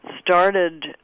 started